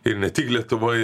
ir ne tik lietuvoj